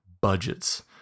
budgets